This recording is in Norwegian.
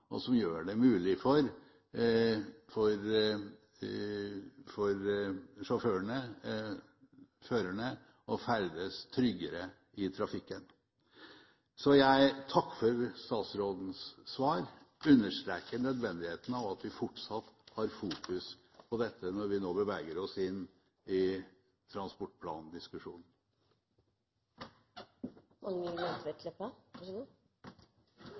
dag, som gjør det mulig for førerne å ferdes tryggere i trafikken. Så jeg takker for statsrådens svar og understreker nødvendigheten av fortsatt å ha fokus på dette når vi nå beveger oss inn i